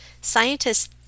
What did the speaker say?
Scientists